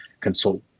consult